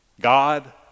God